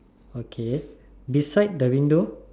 okay beside the window